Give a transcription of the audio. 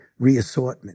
reassortment